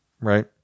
Right